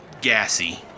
gassy